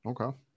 Okay